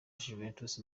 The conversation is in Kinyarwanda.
juventus